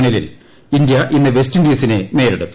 ഫൈനലിൽ ഇന്ത്യ ഇന്ന് വെസ്റ്റിൻഡീസിനെ നേരിടും